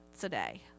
today